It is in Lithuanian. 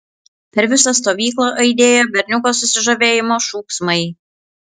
per visą stovyklą aidėjo berniuko susižavėjimo šūksmai